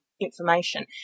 information